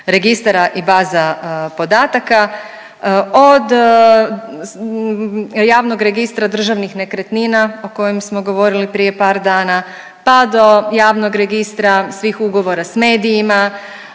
registara i baza podataka od javnog registra državnih nekretnina o kojim smo govorili prije par dana, pa do javnog registra svih ugovora sa medijima